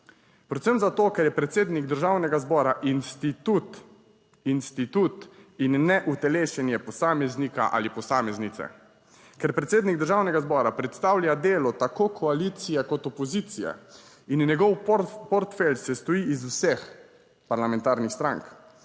Predvsem zato, ker je predsednik Državnega zbora institut, institut in ne utelešenje posameznika ali posameznice, ker predsednik Državnega zbora predstavlja delo tako koalicije kot opozicije in njegov portfelj sestoji iz vseh parlamentarnih strank,